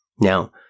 Now